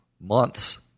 months